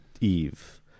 Eve